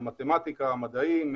מתמטיקה מדעים,